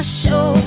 show